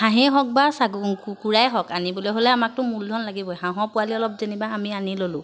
হাঁহেই হওক বা চাগ কুকুৰাই হওক আনিবলৈ হ'লে আমাকতো মূলধন লাগিবই হাঁহৰ পোৱালি অলপ যেনিবা আমি আনি ল'লোঁ